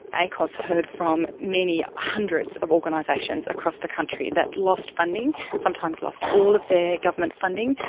acoss heard from many hundreds of organisations across the country that lost funding, sometimes lost all of their government funding,